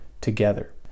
together